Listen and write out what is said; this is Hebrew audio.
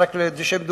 רק לשם דוגמה,